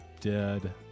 dead